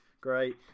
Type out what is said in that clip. Great